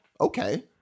okay